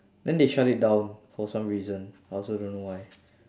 then they shut it down for some reason I also don't know why